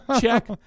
check